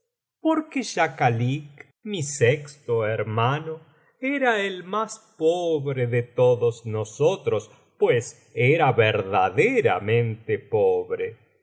porque schakalik mi sexto hermano era el más pobre de todos nosotros pues era verdaderamente pobre